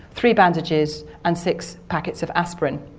three bandages and six packets of aspirin.